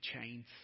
chains